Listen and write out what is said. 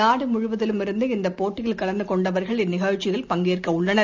நாடுமுழுவதிலுமிருந்து இந்தபோட்டியில் கலந்துகொண்டவர்கள் இந்நிகழ்ச்சியில் பங்கேற்கஉள்ளனர்